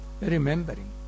remembering